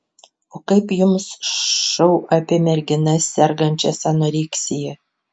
o kaip jums šou apie merginas sergančias anoreksija